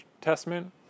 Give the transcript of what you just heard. Testament